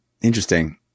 Interesting